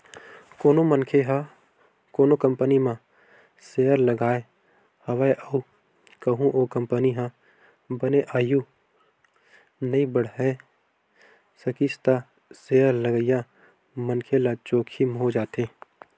कोनो मनखे ह कोनो कंपनी म सेयर लगाय हवय अउ कहूँ ओ कंपनी ह बने आघु नइ बड़हे सकिस त सेयर लगइया मनखे ल जोखिम हो जाथे